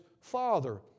Father